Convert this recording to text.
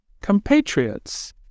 compatriots